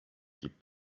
keep